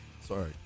Sorry